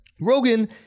Rogan